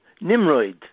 Nimrod